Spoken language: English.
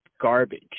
garbage